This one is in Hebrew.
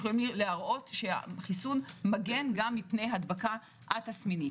החיסון מגן גם מפני הדבקה א-תסמינית.